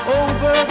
over